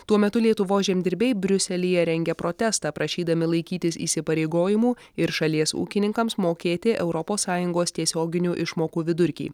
tuo metu lietuvos žemdirbiai briuselyje rengia protestą prašydami laikytis įsipareigojimų ir šalies ūkininkams mokėti europos sąjungos tiesioginių išmokų vidurkį